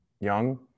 young